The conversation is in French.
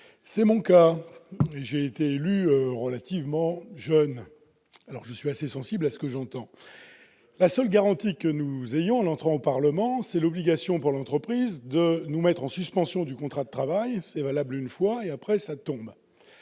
est mon cas. Par ailleurs, ayant été élu relativement jeune, je suis assez sensible à ce que j'entends. La seule garantie que nous ayons, en entrant au Parlement, c'est l'obligation pour l'entreprise de nous mettre en suspension du contrat de travail, suspension valable une seule fois.